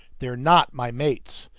they're not my mates.